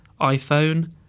iPhone